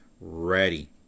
ready